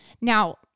Now